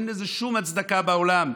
אין לזה שום הצדקה בעולם.